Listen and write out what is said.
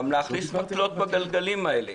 להכניס מקלות בגלגלים האלה,